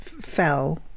fell